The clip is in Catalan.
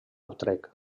utrecht